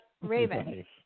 Raven